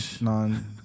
non